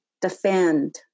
defend